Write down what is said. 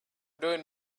doing